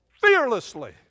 fearlessly